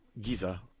Giza